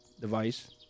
device